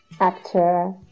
actor